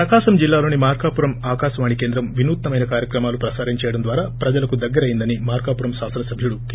ప్రకాశం జిల్లాలోని మార్కాపురం ఆకాశవాణి కేంద్రం వినూత్సమైన కార్యక్రమాలు ప్రసారం చేయడం ద్వారా ప్రజలకు దగ్గర అయిందని మార్కాపురం శాసన సభ్యుడు కె